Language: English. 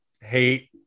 hate